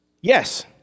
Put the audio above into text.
Yes